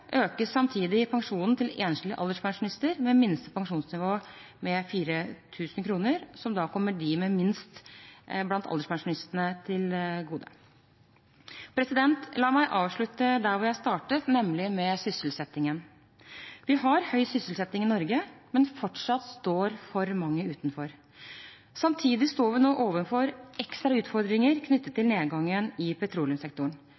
økes samtidig pensjonen til enslige alderspensjonister med minste pensjonsnivå med 4 000 kr, som da kommer dem med minst blant alderspensjonistene til gode. La meg avslutte der hvor jeg startet, nemlig med sysselsettingen. Vi har høy sysselsetting i Norge, men fortsatt står for mange utenfor. Samtidig står vi nå overfor ekstra utfordringer knyttet til nedgangen i petroleumssektoren.